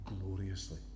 gloriously